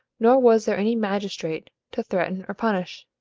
nor was there any magistrate to threaten or punish.